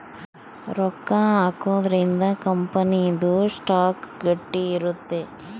ರೊಕ್ಕ ಹಾಕೊದ್ರೀಂದ ಕಂಪನಿ ದು ಸ್ಟಾಕ್ ಗಟ್ಟಿ ಇರುತ್ತ